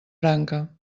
branca